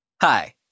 Hi